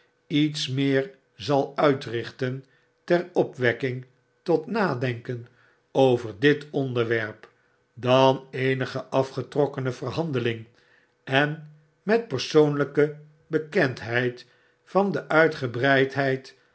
iets meer zaluitrichtenteropwekkingtot nadenken over dit onderwerp dan eenige afgetrokkene verhandeling en met persoonlyke bekendheid van de